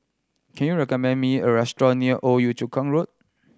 can you recommend me a restaurant near Old Yio Chu Kang Road